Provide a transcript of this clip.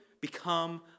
become